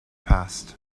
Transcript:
past